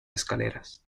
escaleras